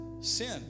sin